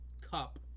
cup